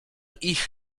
ich